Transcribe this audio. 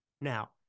Now